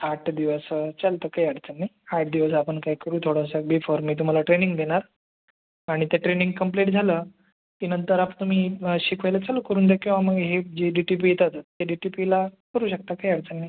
आठ दिवस चालतं काही अडचण नाही आठ दिवस आपण काय करू थोडंस बिफोर मी तुम्हाला ट्रेनिंग देणार आणि ते ट्रेनिंग कंप्लिट झालं की नंतर आता तुम्ही शिकवायला चालू करून द्या किंवा मग हे डी टी पी येतात तर ते डी टी पीला करू शकता काही अडचण नाही